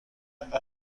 یابیم